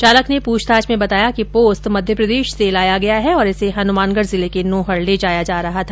चालक ने पूछताछ में बताया कि पोस्त मध्यप्रदेश से लाया गया है और इसे हनुमानगढ़ जिले के नोहर ले जाया जा रहा था